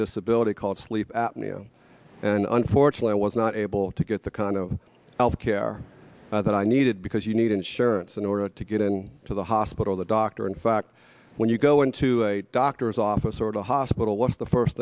disability called sleep apnea and unfortunately i was not able to get the condo health care that i needed because you need insurance in order to get in to the hospital the doctor in fact when you go into a doctor's office or the hospital what's the first